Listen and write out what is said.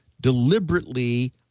deliberately